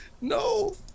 No